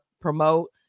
promote